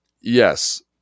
yes